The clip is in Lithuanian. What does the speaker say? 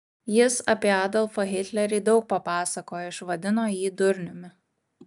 jis apie adolfą hitlerį daug papasakojo išvadino jį durniumi